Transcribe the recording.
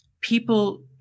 people